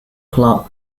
club